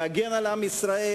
להגן על עם ישראל,